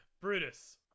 Brutus